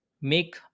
make